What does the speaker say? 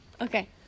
okay